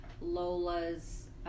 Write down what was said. Lola's